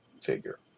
figure